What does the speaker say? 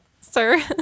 Sir